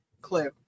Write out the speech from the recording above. Clue